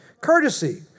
Courtesy